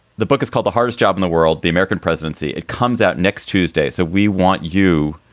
the book is called the hardest job in the world, the american presidency. it comes out next tuesday. so we want you.